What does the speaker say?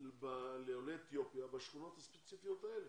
לעולי אתיופיה בשכונות הספציפיות האלה.